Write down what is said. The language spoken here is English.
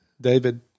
David